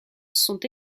sont